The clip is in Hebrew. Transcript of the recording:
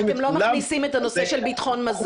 את כולם --- אתם לא מכניסים את הנושא של ביטחון מזון,